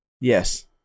Yes